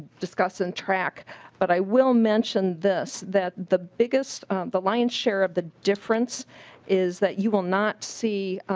discuss in track but i will mention this. that the biggest the lion share of the difference is that you will not see